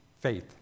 Faith